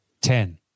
Ten